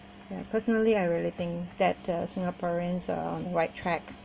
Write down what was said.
personally I really think that uh singaporeans are right track